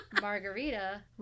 margarita